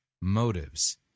motives